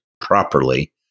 properly